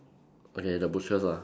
okay the butchers lah